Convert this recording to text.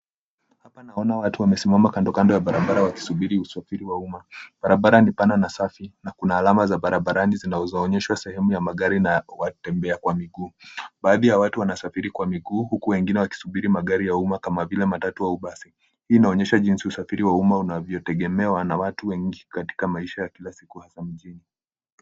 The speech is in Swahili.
Hapa naona watu wamesimama kando kando ya barabara wakisubiri usafiri wa umma. Barabara ni pana na safi na kuna alama za barabarani zinazoonyesha sehemu ya magari na watembea kwa minguu. Baadhi ya watu wanasafiri kwa minguu huku wengine wakisubiri magari ya umma kama vile matatu au basi. Hii inaonyesha jinsi usafiri wa umma unavyotegemewa na watu wengi katika maisha ya kila siku hasa mjini.